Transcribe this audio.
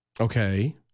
Okay